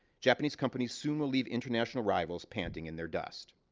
japanese companies soon will leave international arrivals panting in their dust.